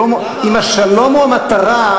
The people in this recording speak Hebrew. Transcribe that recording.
אם השלום הוא המטרה,